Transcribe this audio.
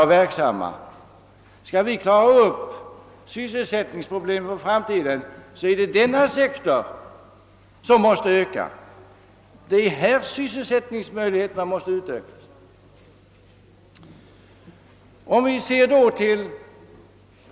Om vi skall klara upp sysselsättningsproblemen för framtiden måste arbetsmöjligheterna inom denna sektor utökas.